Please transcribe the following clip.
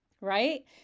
Right